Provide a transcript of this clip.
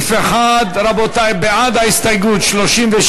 לסעיף 1: בעד ההסתייגות, 36,